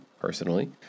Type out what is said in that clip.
personally